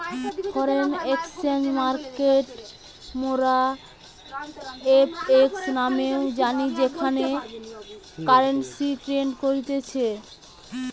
foreign exchange মার্কেটকে মোরা FX নামেও জানি যেখানে কারেন্সি ট্রেড করতিছে